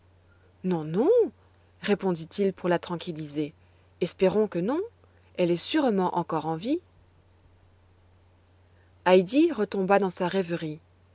non non répondit-il pour la tranquilliser espérons que non elle est sûrement encore en vie heidi retomba dans sa rêverie